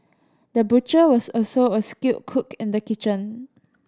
the butcher was also a skilled cook in the kitchen